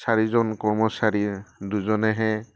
চাৰিজন কৰ্মচাৰীৰ দুজনেহে